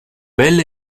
bell